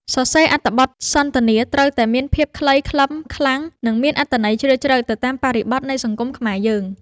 សរសេរអត្ថបទសន្ទនាត្រូវតែមានភាពខ្លីខ្លឹមខ្លាំង និង មានអត្ថន័យជ្រាលជ្រៅទៅតាមបរិបទនៃសង្គមខ្មែរយើង។